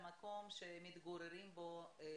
כי החוזים שיש להם בידיים מסתיימים ב-20 ביוני,